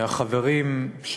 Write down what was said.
שהחברים,